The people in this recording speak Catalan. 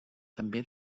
també